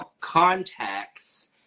contacts